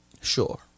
Sure